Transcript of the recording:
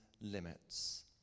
limits